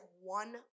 one